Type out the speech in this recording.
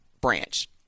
branch